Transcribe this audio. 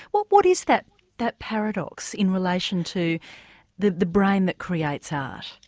what what is that that paradox in relation to the the brain that creates ah